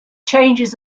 changes